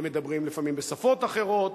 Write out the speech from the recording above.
הם מדברים לפעמים בשפות אחרות,